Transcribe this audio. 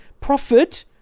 profit